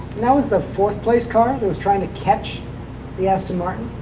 that was the fourth-place car that was trying to catch the aston martin?